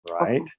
right